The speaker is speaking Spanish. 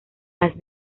las